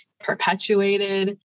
perpetuated